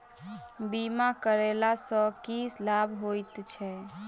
बीमा करैला सअ की लाभ होइत छी?